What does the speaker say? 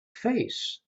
face